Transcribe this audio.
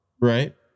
right